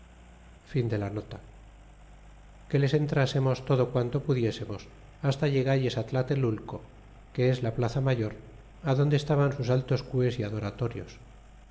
que les entrasernos todo quanto pudiésemos hasta llegalles al tatelulco que es la plaza mayor adonde estaban sus altos cues y adoratorios